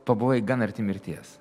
pabuvai gan arti mirties